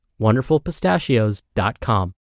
WonderfulPistachios.com